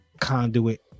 conduit